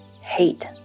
hate